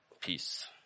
Peace